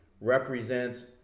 represents